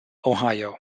ohio